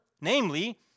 namely